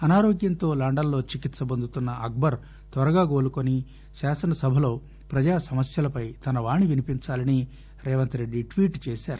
అనారోగ్యంతో లండన్ లో చికిత్స పొందుతున్న అక్బర్ త్వరగా కోలుకొని శాసనసభలో ప్రజాసమస్యల పై తన వాణి వినిపించాలని రేవంత్ రెడ్డి ట్వీట్ చేశారు